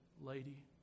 lady